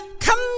Come